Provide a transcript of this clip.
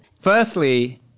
Firstly